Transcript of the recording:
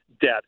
debt